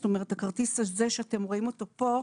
זאת אומרת, הכרטיס הזה שאתם רואים אותו פה,